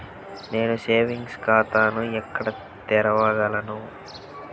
నేను సేవింగ్స్ ఖాతాను ఎక్కడ తెరవగలను?